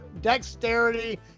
Dexterity